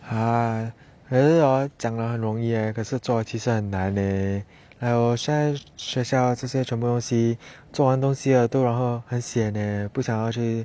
!huh! 可是 hor 讲的很容易 eh 可是做其实很难 like 我现在学校全部的东西做完了东西后很 sian 不想要去